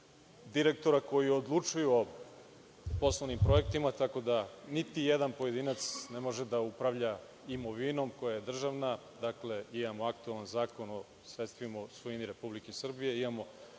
direktora koji odlučuje o poslovnim projektima, tako da niti jedan pojedinac ne može da upravlja imovinom koja je državna. Dakle, imamo aktuelan Zakon o sredstvima o svojini Republike Srbije,